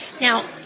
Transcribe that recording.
Now